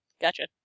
Gotcha